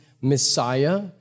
Messiah